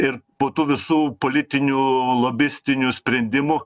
ir po tų visų politinių lobistinių sprendimų